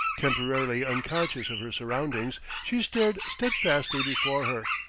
temporarily unconscious of her surroundings she stared steadfastly before her,